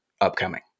upcoming